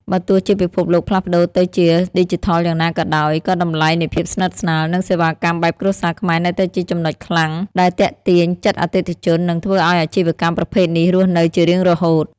បើទោះជាពិភពលោកផ្លាស់ប្តូរទៅជាឌីជីថលយ៉ាងណាក៏ដោយ ក៏តម្លៃនៃភាពស្និទ្ធស្នាល និងសេវាកម្មបែបគ្រួសារខ្មែរនៅតែជាចំណុចខ្លាំងដែលទាក់ទាញចិត្តអតិថិជន និងធ្វើឱ្យអាជីវកម្មប្រភេទនេះរស់នៅជារៀងរហូត។